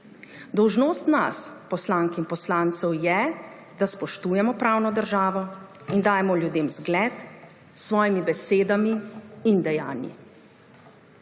Dolžnost nas poslank in poslancev je, da spoštujemo pravno državo in dajemo ljudem zgled s svojimi besedami in dejanji.